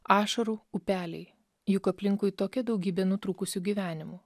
ašarų upeliai juk aplinkui tokia daugybė nutrūkusių gyvenimų